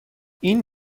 این